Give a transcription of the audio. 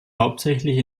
hauptsächlich